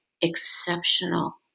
exceptional